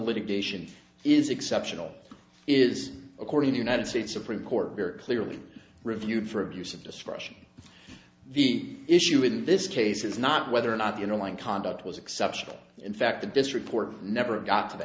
litigation is exceptional is according to united states supreme court very clearly reviewed for abuse of discretion the issue in this case is not whether or not you know one conduct was exceptional in fact the district court never got to th